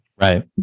Right